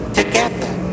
together